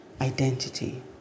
identity